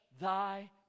thy